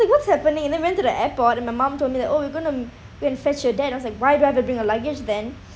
like what's happening and then we went to the airport and my mom told me that oh we're going to go and fetch your dad I was like why do I have to bring a luggage then